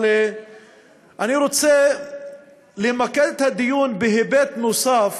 אבל אני רוצה למקד את הדיון בהיבט נוסף